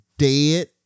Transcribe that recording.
Dead